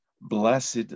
Blessed